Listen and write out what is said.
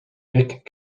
nick